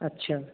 अच्छा